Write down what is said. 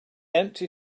empty